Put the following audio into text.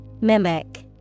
Mimic